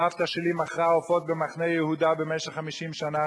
סבתא שלי מכרה עופות במחנה-יהודה במשך 50 שנה,